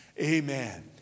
Amen